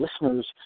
listeners